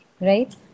Right